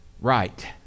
right